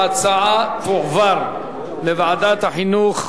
ההצעה תועבר לוועדת החינוך,